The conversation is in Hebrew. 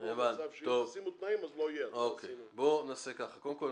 אין מצב שאם תשימו תנאים אז לא יהיה --- קודם כל,